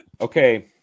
okay